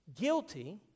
guilty